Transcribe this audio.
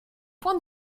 point